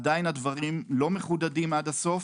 עדיין הדברים לא מחודדים עד הסוף.